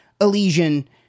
Elysian